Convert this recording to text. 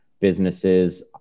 businesses